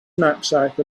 knapsack